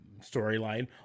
storyline